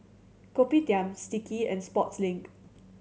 Kopitiam Sticky and Sportslink